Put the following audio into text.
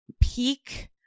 peak